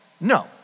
No